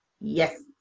yes